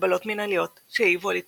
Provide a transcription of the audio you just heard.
והגבלות מנהליות שהעיבו על התפתחותה.